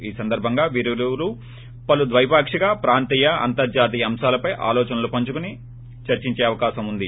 ఈ సందర్భంగా వీరిరువురూ పలు ద్వైపాకిక ప్రాంతీయ అంతర్లాతీయ అంశాలపై ఆలోచనలు పంచుకుని చర్సించే అవకాశం ఉంది